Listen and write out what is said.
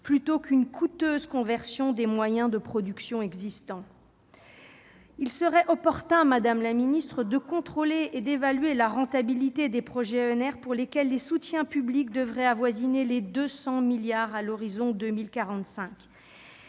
plutôt qu'une coûteuse conversion des moyens de production existants. Il serait opportun, madame la secrétaire d'État, de contrôler et d'évaluer la rentabilité des projets ENR, auxquels les soutiens publics devraient avoisiner 200 milliards d'euros à l'horizon de 2045.